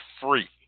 free